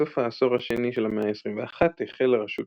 בסוף העשור השני של המאה ה-21 החלה רשות